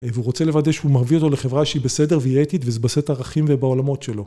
והוא רוצה לוודא שהוא מרווי אותו לחברה שהיא בסדר והיא אתית וזה בסט ערכים ובעולמות שלו.